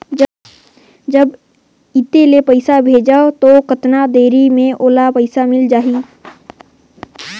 जब इत्ते ले पइसा भेजवं तो कतना देरी मे ओला पइसा मिल जाही?